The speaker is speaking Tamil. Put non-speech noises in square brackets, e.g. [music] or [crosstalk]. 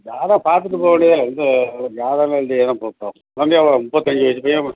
ஜாதகம் பார்த்துட்டு போகவேண்டியது தான் இந்த ஜாதகம் [unintelligible] எவ்வளோ முப்பத்தஞ்சு இப்பவேவும்